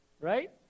right